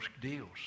deals